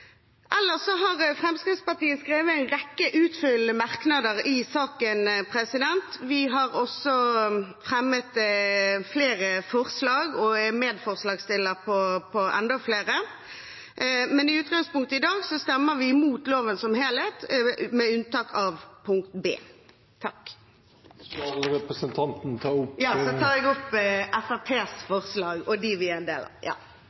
Ellers har Fremskrittspartiet skrevet en rekke utfyllende merknader i saken. Vi har også fremmet flere forslag og er medforslagsstiller på enda flere. I utgangspunktet stemmer vi i dag imot loven som helhet, med unntak av punkt B. Så tar jeg opp forslagene Fremskrittspartiet alene står bak, og forslaget vi har sammen med Venstre. Da har representanten Silje Hjemdal tatt opp de forslag hun refererte til. Dette er en